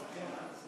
נימק.